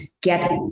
get